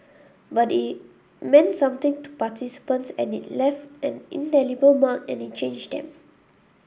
but it meant something to participants and it left an indelible mark and it changed them